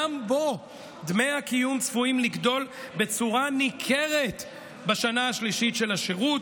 גם בו דמי הקיום צפויים לגדול בצורה ניכרת בשנה השלישית של השירות.